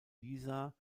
lisa